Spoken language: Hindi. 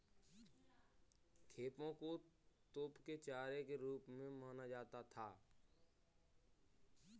खेपों को तोप के चारे के रूप में माना जाता था